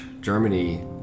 germany